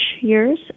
years